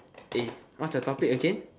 what's your topic again